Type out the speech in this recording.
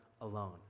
alone